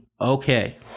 Okay